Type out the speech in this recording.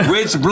Rich